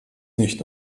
nicht